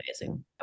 amazing